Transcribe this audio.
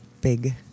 big